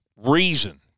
reason